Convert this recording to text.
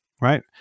right